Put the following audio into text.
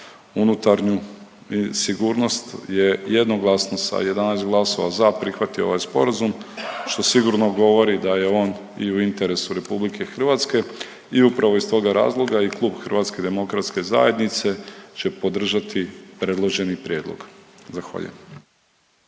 unutarnju sigurnost je jednoglasno sa 11 glasova za prihvatio ovaj sporazum što sigurno govori da je on i u interesu Republike Hrvatske i upravo i iz toga razloga i klub Hrvatske demokratske zajednice će podržati predloženi prijedlog. Zahvaljujem.